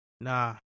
nah